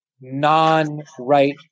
non-right